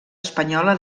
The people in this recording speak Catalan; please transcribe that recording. espanyola